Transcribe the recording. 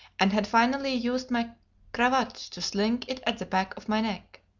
and had finally used my cravat to sling it at the back of my neck.